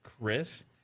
Chris